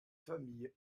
famille